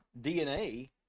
DNA